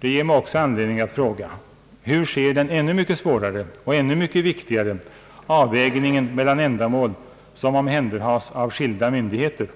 Det ger mig också anledning att fråga: Hur sker den ännu mycket svårare och ännu mycket viktigare avvägningen mellan ändamål som omhänderhas av skilda myndigheter,